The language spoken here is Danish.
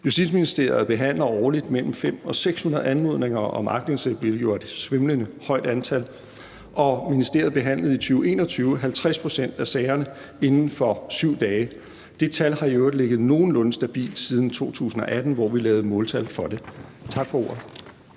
Justitsministeriet behandler årligt mellem 500 og 600 anmodninger om aktindsigt, hvilket jo er et svimlende højt antal, og ministeriet behandlede i 2021 50 pct. af sagerne inden for 7 dage. Det tal har i øvrigt ligget nogenlunde stabilt siden 2018, hvor vi lavede måltal for det. Tak for ordet.